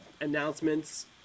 announcements